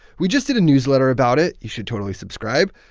we just did a newsletter about it. you should totally subscribe.